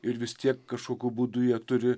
ir vis tiek kažkokiu būdu jie turi